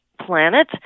planet